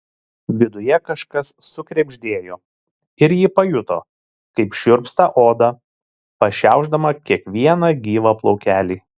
viduje kažkas sukrebždėjo ir ji pajuto kaip šiurpsta oda pašiaušdama kiekvieną gyvą plaukelį